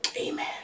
Amen